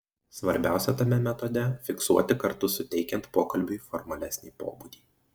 svarbiausia tame metode fiksuoti kartu suteikiant pokalbiui formalesnį pobūdį